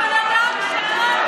הבן אדם שקרן.